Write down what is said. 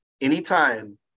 anytime